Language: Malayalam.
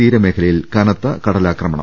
തീരമേഖലയിൽ കനത്ത കടലാക്രമണം